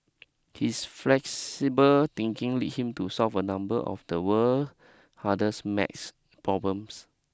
his flexible thinking lead him to solve a number of the world hardest maths problems